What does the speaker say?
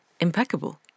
impeccable